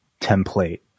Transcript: template